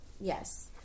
Yes